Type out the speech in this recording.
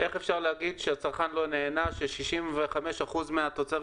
איך אפשר להגיד שהצרכן לא נהנה כש-65% מהתוצרת